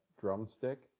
drumstick